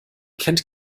kennt